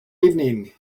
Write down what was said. evening